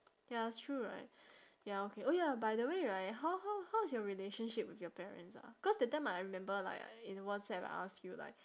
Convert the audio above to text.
ya it's true right ya okay oh ya by the way right how how how is your relationship with your parents ah cause that time I remember like in WhatsApp I ask you like